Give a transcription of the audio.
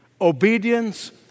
Obedience